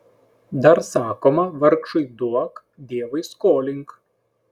dar sakoma vargšui duok dievui skolink